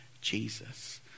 Jesus